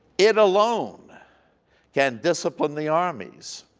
it alone can discipline the armies.